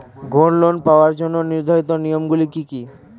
Gold loan পাওয়ার জন্য নির্ধারিত নিয়ম গুলি কি?